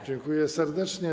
Dziękuję serdecznie.